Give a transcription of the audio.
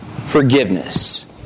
forgiveness